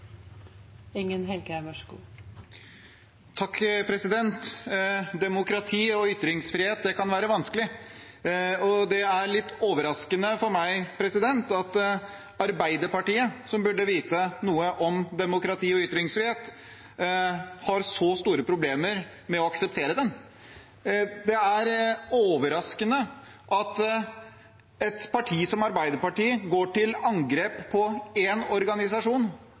litt overraskende for meg at Arbeiderpartiet, som burde vite noe om demokrati og ytringsfrihet, har så store problemer med å akseptere det. Det er overraskende at et parti som Arbeiderpartiet går til angrep på en organisasjon